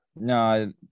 No